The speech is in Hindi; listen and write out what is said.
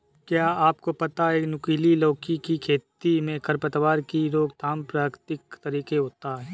क्या आपको पता है नुकीली लौकी की खेती में खरपतवार की रोकथाम प्रकृतिक तरीके होता है?